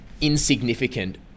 insignificant